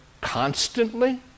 constantly